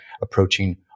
approaching